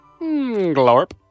Glorp